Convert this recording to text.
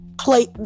play